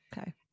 Okay